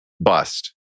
bust